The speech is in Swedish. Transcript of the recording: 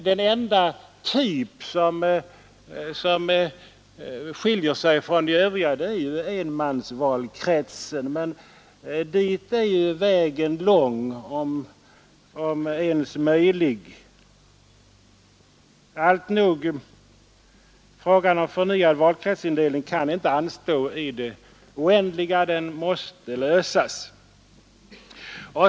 Den enda typ som skiljer sig från de övriga är enmansvalkretsen, men dit är ju vägen lång om ens möjlig. Frågan om förnyad valkretsindelning kan inte anstå i det oändliga, den måste lösas.